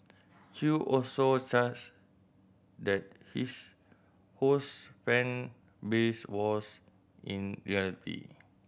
Chew also charged that his Ho's fan base was in reality